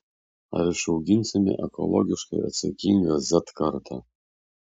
ar išauginsime ekologiškai atsakingą z kartą